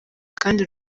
kandi